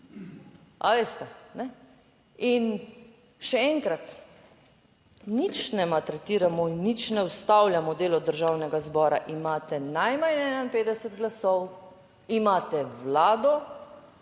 katero? In še enkrat: nič ne maltretiramo in nič ne ustavljamo delo Državnega zbora. Imate najmanj 51 glasov, imate vlado,